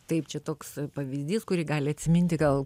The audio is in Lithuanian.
taip čia toks pavyzdys kurį gali atsiminti gal